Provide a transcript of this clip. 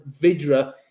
Vidra